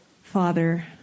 father